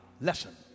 lesson